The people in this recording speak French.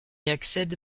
accède